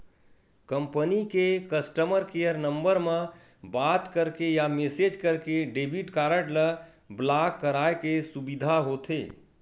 company के customer care number म बात करके या मेसेज करके डेबिट कारड ल ब्लॉक कराए के सुबिधा होथे